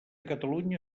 catalunya